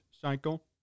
cycle